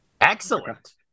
Excellent